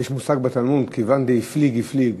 יש מושג בתלמוד: "כיוון דאיפליג איפליג".